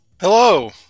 Hello